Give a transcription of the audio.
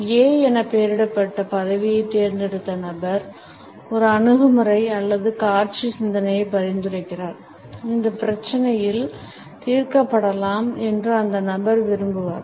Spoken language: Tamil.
A என பெயரிடப்பட்ட பதவியைத் தேர்ந்தெடுத்த நபர் ஒரு அணுகுமுறை அல்லது காட்சி சிந்தனையை பரிந்துரைக்கிறார் இந்த பிரச்சினைகள் தீர்க்க படலாம் என்று அந்த நபர் விரும்புவார்